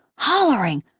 hollering,